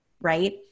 right